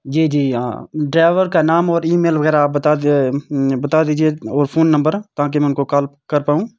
جی جی ہاں ڈرائیور کا نام اور ای میل وغیرہ آپ بتا دیجیے اور فون نمبر تاکہ میں ان کو کال کر پاؤں